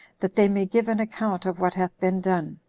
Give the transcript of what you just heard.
that they may give an account of what hath been done.